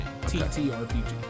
TTRPG